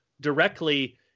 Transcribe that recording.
directly